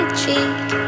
cheek